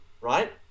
right